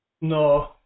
No